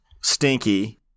stinky